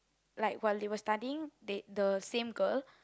like while they were studying they the same girl